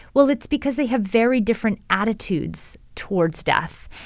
well, it's because they have very different attitudes towards death,